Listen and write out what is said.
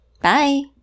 Bye